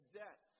debt